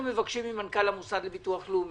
אנחנו מבקשים ממנכ"ל המוסד לביטוח הלאומי,